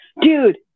Dude